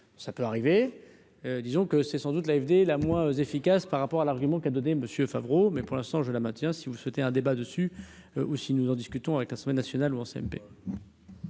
ça peut arriver, disons que c'est sans doute la FED, la moins efficace par rapport à l'argument qu'a donnée monsieur Favreau mais pour l'instant, je la maintiens, si vous souhaitez un débat dessus aussi, nous en discutons avec l'semaine nationale ou en CMP.